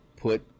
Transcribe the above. put